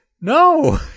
no